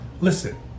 Listen